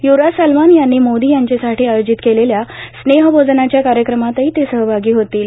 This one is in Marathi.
युवराज सलमान यांनी मोदी यांच्यासाठी आयोजित केलेल्या स्नेह भोजनाच्या कार्यक्रमातही ते सहभागी होतील